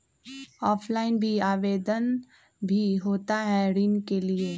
Offline भी आवेदन भी होता है ऋण के लिए?